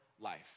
life